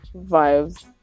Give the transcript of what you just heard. vibes